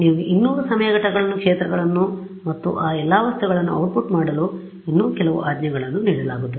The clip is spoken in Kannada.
ಆದ್ದರಿಂದ ನೀವು 200 ಸಮಯ ಘಟಕಗಳನ್ನು ಕ್ಷೇತ್ರಗಳನ್ನು ಮತ್ತು ಆ ಎಲ್ಲ ವಸ್ತುಗಳನ್ನು output ಮಾಡಲು ಇನ್ನೂ ಕೆಲವು ಆಜ್ಞೆಗಳನ್ನು ನೀಡಲಾಗುತ್ತದೆ